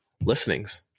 listenings